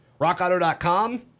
RockAuto.com